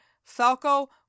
Falco